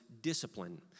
discipline